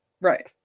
Right